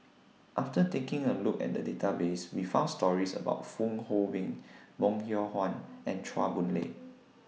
after taking A Look At The Database We found stories about Fong Hoe Beng Bong Hiong Hwa and Chua Boon Lay